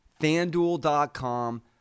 FanDuel.com